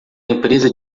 empresa